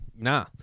nah